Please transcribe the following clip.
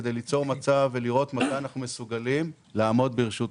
כדי ליצור מצב ולראות מתי אנחנו מסוגלים לעמוד ברשות עצמנו.